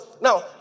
now